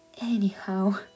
anyhow